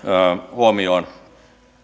huomioon